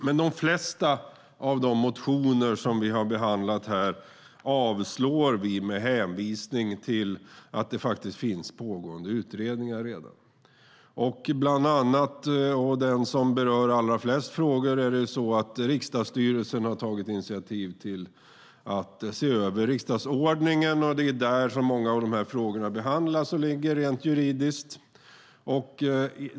Men de flesta av de motioner som vi har behandlat här avstyrker vi med hänvisning till att det faktiskt finns pågående utredningar redan. Det som berör allra flest frågor är att riksdagsstyrelsen har tagit initiativ till att se över riksdagsordningen. Det är där som många av de här frågorna behandlas och ligger rent juridiskt.